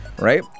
Right